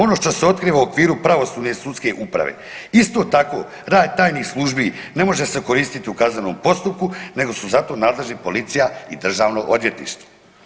Ono što se otkriva u okviru pravosudne sudske uprave isto tako tajnih službi ne može se koristiti u kaznenom postupku, nego su za to nadležni policija i Državno odvjetništvo.